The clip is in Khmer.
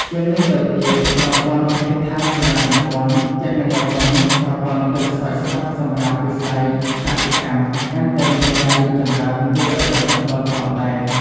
ជាងនេះទៅទៀត ប្រពន្ធ័ហេដ្ឋារចនាសម្ពន្ធ័ គមនាគមន៏ ប្រពន្ធ័ទឹកស្រោចស្រពសំរាប់ វិស៍យកសិកម្ម កាន់តែមានការីកចំរើន គួរអោយកត់សំគាល់ផងដែរ ។